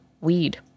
weed